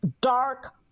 dark